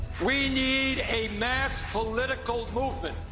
we need a mass political movement,